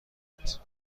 گیرند